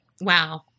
Wow